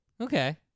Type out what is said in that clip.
Okay